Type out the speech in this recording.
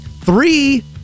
three